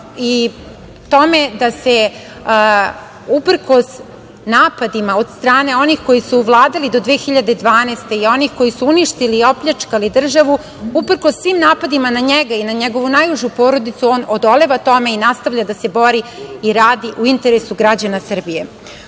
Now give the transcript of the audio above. i tome da se uprkos napadima od strane onih koji su vladali do 2012. godine i onih koji su uništili i opljačkali državu, uprkos svim napadima na njega i na njegovu najužu porodicu, on odoleva tome i nastavlja da se bori i radi u interesu građana Srbije. Ono